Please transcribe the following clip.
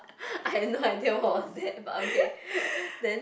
I have no idea what was that but okay then